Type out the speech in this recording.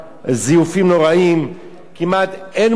כמעט אין מוצר, חבר הכנסת מטלון.